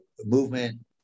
movement